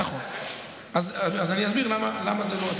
נכון, אז אני אסביר למה זה לא זה.